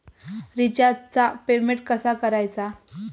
रिचार्जचा पेमेंट कसा करायचा?